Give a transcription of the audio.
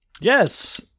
Yes